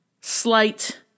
slight